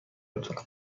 لطفا